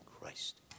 Christ